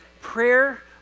prayer